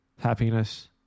happiness